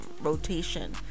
rotation